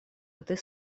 этой